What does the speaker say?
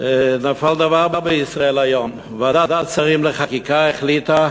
נפל דבר בישראל היום: ועדת שרים לחקיקה החליטה